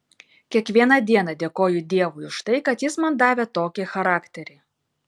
kiekvieną dieną dėkoju dievui už tai kad jis man davė tokį charakterį